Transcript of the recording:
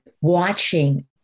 watching